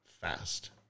fast